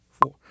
four